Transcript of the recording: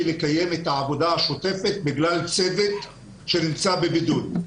לקיים את העבודה השוטפת בגלל צוות שנמצא בבידוד.